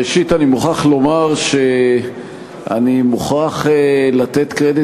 ראשית אני מוכרח לומר שאני מוכרח לתת קרדיט